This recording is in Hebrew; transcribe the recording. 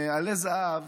מעלי זהב